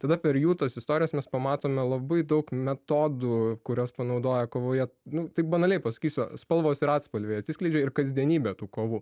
tada per jų tas istorijas mes pamatome labai daug metodų kuriuos panaudoja kovoje nu taip banaliai pasakysiu spalvos ir atspalviai atsiskleidžia ir kasdienybė tų kovų